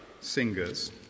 singers